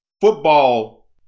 football